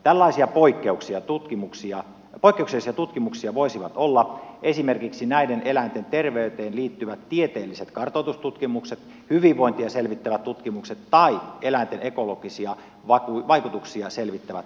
tällaisia poikkeuksellisia tutkimuksia voisivat olla esimerkiksi näiden eläinten terveyteen liittyvät tieteelliset kartoitustutkimukset hyvinvointia selvittävät tutkimukset tai eläinten ekologisia vaikutuksia selvittävät tutkimukset